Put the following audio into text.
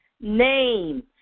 name